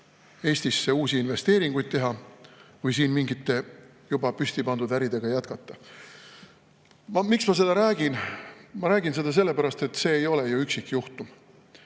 Eestisse uusi investeeringuid teha või siin mingite juba püsti pandud äridega jätkata. Miks ma seda räägin? Ma räägin seda sellepärast, et see ei ole ju üksikjuhtum.